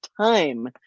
time